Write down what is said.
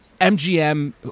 MGM